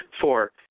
Four